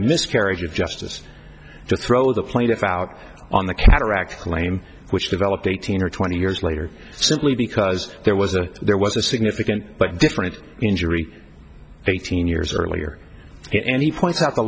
miscarriage of justice to throw the plaintiff out on the cataract claim which developed eighteen or twenty years later simply because there was a there was a significant but different injury eighteen years earlier and he points out the